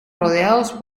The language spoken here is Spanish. rodeados